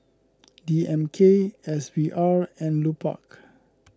D M K S V R and Lupark